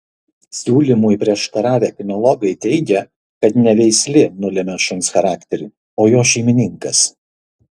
siūlymui prieštaravę kinologai teigia kad ne veislė nulemia šuns charakterį o jo šeimininkas